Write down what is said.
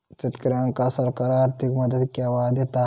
शेतकऱ्यांका सरकार आर्थिक मदत केवा दिता?